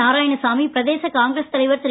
நாராயணசாமி பிரதேச காங்கிரஸ் தலைவர் திரு